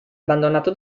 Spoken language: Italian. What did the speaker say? abbandonato